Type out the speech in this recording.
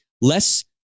less